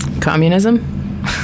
communism